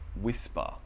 whisper